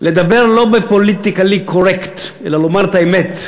לדבר לא בפוליטיקלי קורקט אלא לומר את האמת.